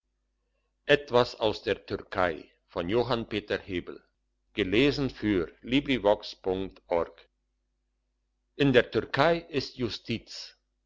etwas aus der türkei in der türkei ist